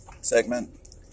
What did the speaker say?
segment